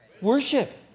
worship